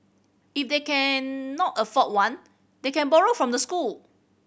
if they cannot afford one they can borrow from the school